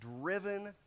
driven